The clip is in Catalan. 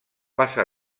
passa